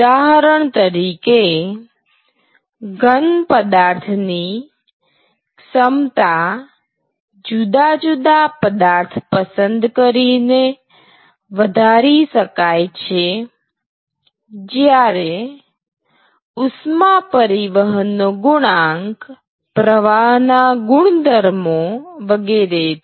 ઉદાહરણ તરીકે ઘન પદાર્થ ની ક્ષમતા જુદા જુદા પદાર્થ પસંદ કરીને વધારી શકાય છે જ્યારે ઉષ્મા પરિવહનનો ગુણાંક પ્રવાહ ના ગુણધર્મો વગેરેથી